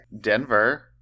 Denver